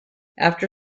after